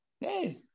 Hey